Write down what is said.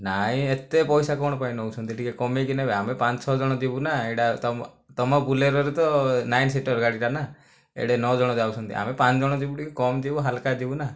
ନାହିଁ ଏତେ ପଇସା କ'ଣ ପାଇଁ ନେଉଛନ୍ତି ଟିକିଏ କମେଇକି ନେବେ ଆମେ ପାଞ୍ଚ ଛଅ ଜଣ ଯିବୁ ନାଁ ଏଇଟା ତୁମ ତୁମ ବୁଲେରରେ ତ ନାଇନ୍ ସିଟର ଗାଡ଼ିଟା ନାଁ ଏଠି ନଅ ଜଣ ଯାଉଛନ୍ତି ଆମେ ପାଞ୍ଚ ଜଣ ଯିବୁ ଟିକିଏ କମ ଯିବୁ ହାଲକା ଯିବୁ ନା